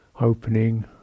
opening